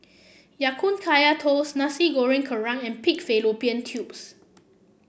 Ya Kun Kaya Toast Nasi Goreng Kerang and Pig Fallopian Tubes